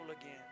again